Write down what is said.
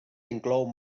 inclou